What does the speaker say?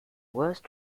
worst